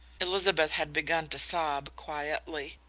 elizabeth had begun to sob quietly.